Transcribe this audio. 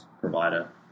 provider